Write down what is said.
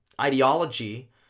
ideology